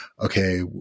okay